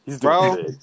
Bro